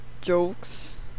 jokes